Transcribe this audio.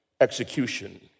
execution